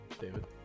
david